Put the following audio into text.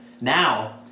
now